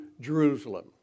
Jerusalem